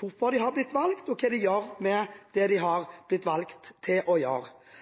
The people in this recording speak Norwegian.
hvorfor de har blitt valgt, og hva de gjør med det de har blitt valgt til å gjøre. Jeg skjønner at representanten Helleland synes det er ubehagelig plutselig å måtte være ansvarlig og